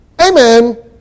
Amen